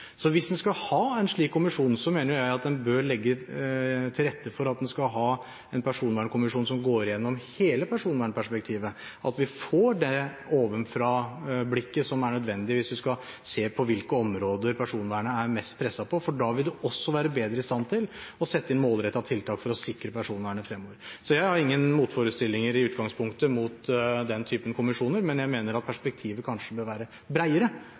Hvis en skal ha en slik kommisjon, mener jeg at en bør legge til rette for at en skal ha en personvernkommisjon som gjennomgår hele personvernperspektivet – at vi får det ovenfra-blikket som er nødvendig hvis en skal se på hvilke områder som personvernet er mest presset – for da vil en også være bedre i stand til å sette inn målrettede tiltak for å sikre personvernet fremover. Jeg har i utgangspunktet ingen motforestillinger mot den typen kommisjoner, men jeg mener at perspektivet kanskje bør være